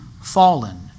fallen